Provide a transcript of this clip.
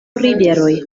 riveroj